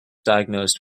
diagnosed